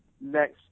next